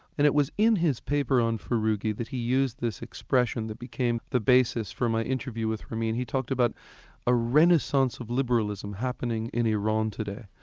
and it was in his paper on furughi that he used this expression that became the basis for my interview with ramin. he talked about a renaissance of liberalism happening in iran today.